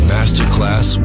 Masterclass